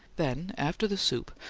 then, after the soup,